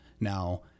Now